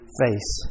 face